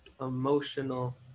emotional